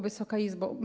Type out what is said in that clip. Wysoka Izbo!